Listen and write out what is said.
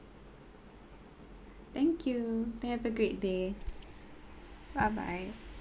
thank you and have a great day bye bye